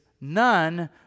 none